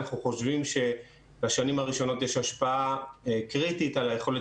אנחנו חושבים שלשנים הראשונות יש השפעה קריטית על היכולת